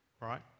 right